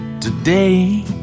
today